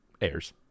airs